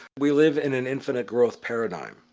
we live in an infinite growth paradigm.